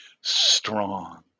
strong